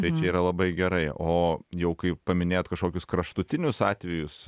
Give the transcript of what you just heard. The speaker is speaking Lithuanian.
tai čia yra labai gerai o jau kai paminėjot kažkokius kraštutinius atvejus